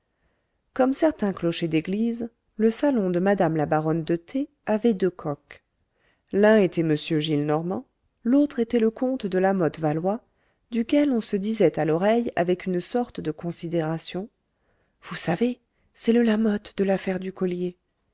comme certains clochers d'église le salon de madame la baronne de t avait deux coqs l'un était m gillenormand l'autre était le comte de lamothe valois duquel on se disait à l'oreille avec une sorte de considération vous savez c'est le lamothe de l'affaire du collier